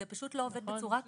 זה פשוט לא עובד בצורה כזאת.